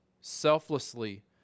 selflessly